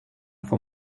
for